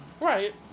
Right